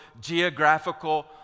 geographical